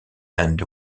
and